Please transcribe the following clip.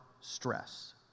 stress